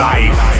Life